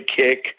kick